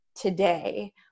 Today